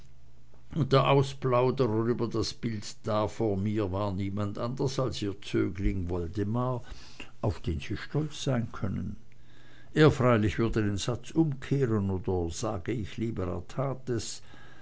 der ausplauderer über das bild da vor mir war niemand anders als ihr zögling woldemar auf den sie stolz sein können er freilich würde den satz umkehren oder sage ich lieber er